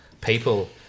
people